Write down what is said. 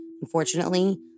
Unfortunately